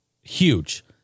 huge